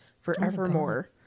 forevermore